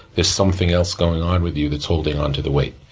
there's something else going on with you, that's holding onto the weight.